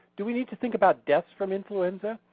do we need to think about deaths from influenza?